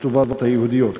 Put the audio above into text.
לטובת היהודיות כמובן.